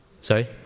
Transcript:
Sorry